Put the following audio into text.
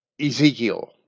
Ezekiel